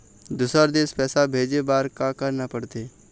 दुसर देश पैसा भेजे बार का करना पड़ते?